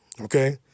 Okay